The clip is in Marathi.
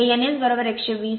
ते n S120 fP